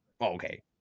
Okay